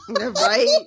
Right